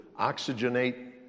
oxygenate